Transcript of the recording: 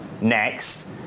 next